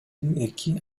эки